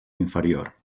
inferior